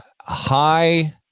high